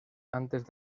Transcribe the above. antes